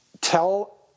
tell